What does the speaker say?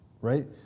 right